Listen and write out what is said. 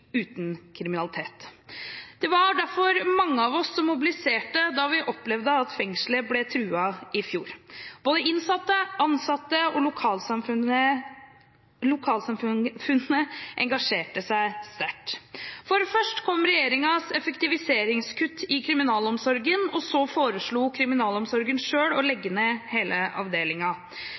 uten kriminalitet. Det var derfor mange av oss som mobiliserte da vi opplevde at fengselet ble truet i fjor. Både innsatte, ansatte og lokalsamfunnet engasjerte seg sterkt. Først kom regjeringens effektiviseringskutt i kriminalomsorgen, og så foreslo kriminalomsorgen selv å